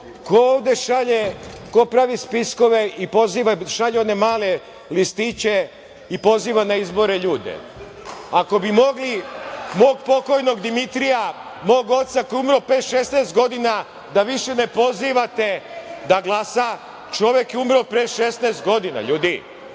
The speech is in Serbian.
ovu državu ko pravi spiskove i šalje one male listiće i poziva na izbore ljude? Ako bi mogli mog pokojnog Dimitrija, mog oca koji je umro pre 16 godina da više pozivate da glasa. Čovek je umro pre 16 godina. Ljudi,